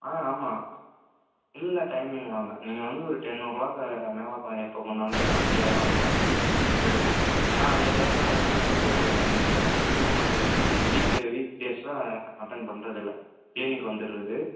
ஆ ஆமாம் இல்லைல்ல டைமிங் வாங்க நீங்கள் வந்து ஒரு டென் ஓ க்ளாக் மேலே ப எப்போ பண்ணாலுமே நான் ஃப்ரீயாக தான் இருப்பேன் எடுப்பேன் ஏன்னா அந்த டைத்தில் மட்டும்தான் நான் வீடியோ கால் அட்டன்ட் பண்ணுறது மற்றபடி நம்ம அந்த வீக்கு வீக் டேஸில் அட்டன்ட் பண்ணுறதில்ல கிளினிக் வந்துர்றது